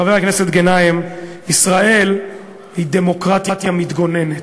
חבר הכנסת גנאים, ישראל היא דמוקרטיה מתגוננת.